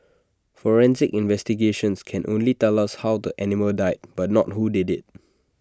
forensic investigations can only tell us how the animal died but not who did IT